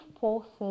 forces